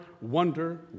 wonder